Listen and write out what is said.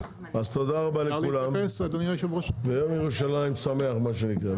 אז תודה רבה לכולם, ויום ירושלים שמח, מה שנקרא.